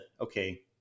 okay